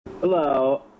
hello